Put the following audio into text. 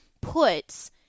puts